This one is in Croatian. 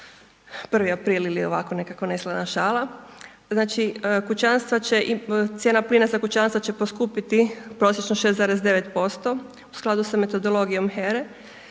april ili ovako nekako neslana šala. Znači kućanstva će, cijena plina za kućanstva će poskupiti prosječno 6,9% u skladu sa metodologijom HERE